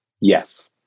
Yes